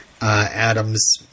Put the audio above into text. Adams